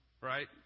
Right